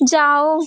जाओ